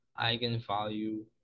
eigenvalue